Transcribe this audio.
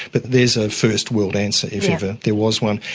but there's a first-world answer if ever there was one,